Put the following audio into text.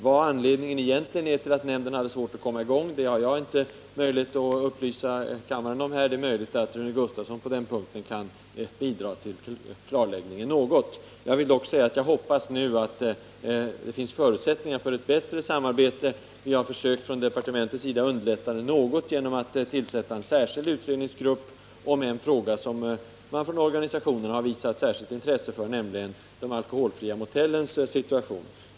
Vad anledningen egentligen är tillatt nämnden hade svårt att komma i gång har jag inte möjlighet att upplysa kammaren om. Det är möjligt att Rune Gustavsson på den punkten i någon mån kan bidra till ett klarläggande. Jag vill dock säga att jag nu hoppas att det finns förutsättningar för ett bättre samarbete. Vi har från departementets sida försökt underlätta det något genom att tillsätta en särskild utredningsgrupp beträffande en fråga som man från organisationerna har visat särskilt intresse för, nämligen de alkoholfria motellens situation.